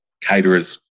caterers